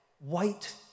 white